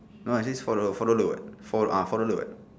no actually four dollar four dollar [what] four ah four dollar [what]